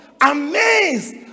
Amazed